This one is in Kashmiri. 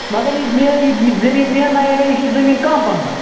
مگر یہِ زمیٖن مٮ۪ننایو مےٚ یہِ چھِ زمیٖن کم پَہم